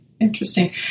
interesting